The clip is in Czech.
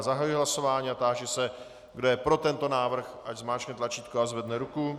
Zahajuji hlasování a táži se, kdo je pro tento návrh, ať zmáčkne tlačítko a zvedne ruku.